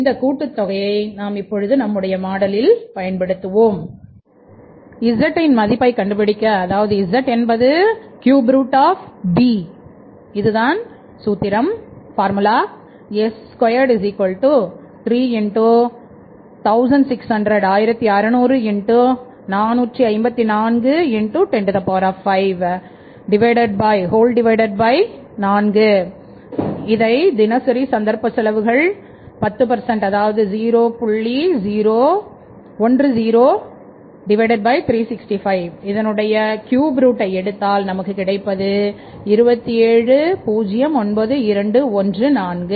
இந்த கூட்டுத்தொகை நாம் இப்பொழுது நம்முடைய மாடலில் பயன்படுத்துவோம் z என்பது ∛b S2 3x1600x454x105 4x தினசரி சந்தர்ப்ப செலவுகள் 10 அதாவது365 இதனுடைய ∛ எடுத்தால் நமக்கு கிடைப்பது 2709214